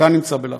אתה נמצא בלחץ,